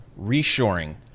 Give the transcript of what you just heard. reshoring